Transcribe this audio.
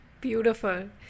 Beautiful